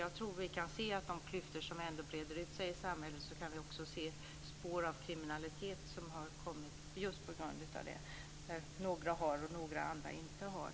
Jag tror att i de klyftor som ändå breder ut sig i samhället så kan vi också se spår av kriminalitet, som har kommit just på grund av detta att några har och några andra inte har.